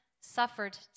suffered